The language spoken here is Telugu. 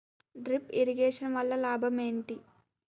డ్రిప్ ఇరిగేషన్ వల్ల లాభం ఏంటి?